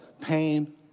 pain